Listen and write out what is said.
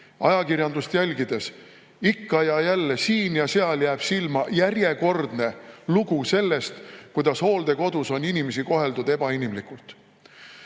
ajakirjandust jälgides jääb ikka ja jälle siin ja seal silma järjekordne lugu sellest, kuidas hooldekodus on inimesi koheldud ebainimlikult.